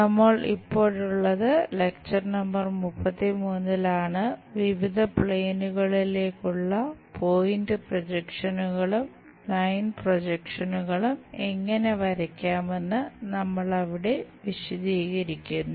നമ്മൾ ഇപ്പോഴുള്ളത് ലെക്ചർ എങ്ങനെ വരയ്ക്കാമെന്ന് നമ്മൾ അവിടെ വിശദീകരിക്കുന്നു